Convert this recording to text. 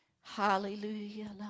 Hallelujah